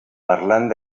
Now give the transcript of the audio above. parlant